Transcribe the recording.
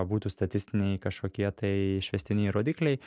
būtų statistiniai kažkokie tai išvestiniai rodikliai